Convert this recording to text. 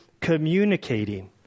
communicating